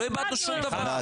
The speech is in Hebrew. לא איבדנו שום דבר.